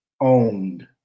owned